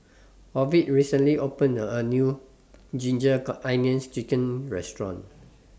Ovid recently opened A New Ginger Car Onions Chicken Restaurant